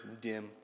dim